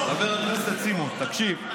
חבר הכנסת סימון, תקשיב.